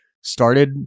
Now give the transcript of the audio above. started